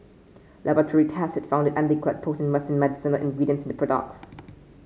laboratory tests had found undeclared potent western medicinal ingredients in the products